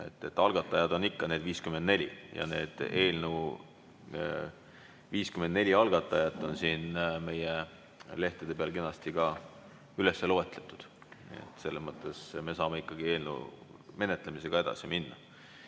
Algatajad on ikka need 54 ja need 54 eelnõu algatajat on siin meie lehtede peal kenasti ka üles loetud. Me saame ikkagi eelnõu menetlemisega edasi minna.